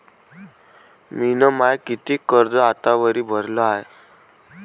मिन माय कितीक कर्ज आतावरी भरलं हाय?